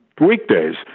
Weekdays